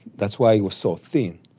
that's why it was so thin.